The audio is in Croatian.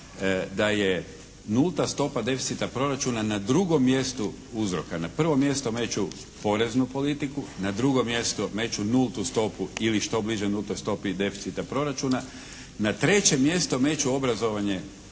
da je nulta stopa deficita proračuna na drugom mjestu uzroka. Na prvo mjesto meću poreznu politiku, na drugo mjesto meću nultu stopu ili što bliže nultoj stopi deficita proračuna. Na treće mjesto meću obrazovanje